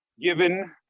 given